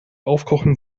aufkochen